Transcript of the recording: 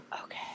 okay